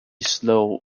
slow